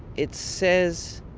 it says,